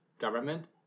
government